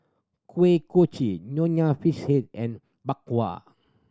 Kuih Kochi Nonya Fish Head and Bak Kwa